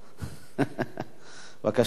בבקשה, אדוני.